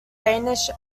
danish